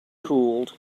cooled